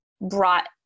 brought